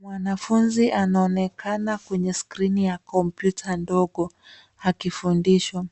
Mwanafunzi anaonekana kwenye skirini ya kompyuta ndogo akifundishwa.